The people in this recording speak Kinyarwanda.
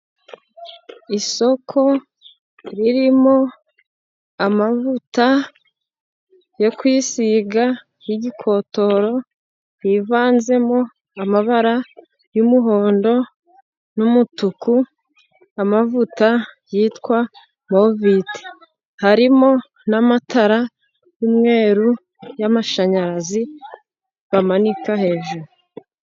Isoko ririmo amavuta yo kwisiga y'igikotoro hivanzemo amabara y'umuhondo n'umutuku amavuta yitwa Moviti, harimo n'amatara y'umweru y'amashanyarazi bamanika hejuru.